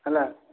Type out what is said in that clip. ହେଲା